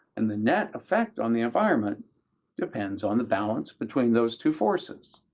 and the net effect on the environment depends on the balance between those two forces.